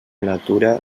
natura